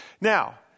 Now